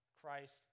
Christ